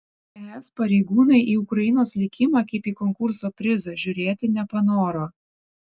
es pareigūnai į ukrainos likimą kaip į konkurso prizą žiūrėti nepanoro